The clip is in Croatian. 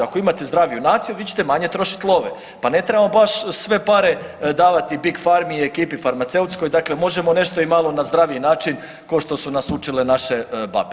Ako imate zdraviju naciju vi ćete manje trošiti love pa ne trebamo baš sve pare davati big farmi i ekipi farmaceutskoj, dakle možemo nešto malo i na zdraviji način ko što su nas učile naše babe.